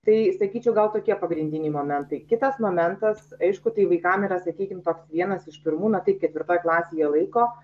tai sakyčiau gal tokie pagrindiniai momentai kitas momentas aišku tai vaikam yra sakykim toks vienas iš pirmų na taip ketvirtoj klasėj jie laiko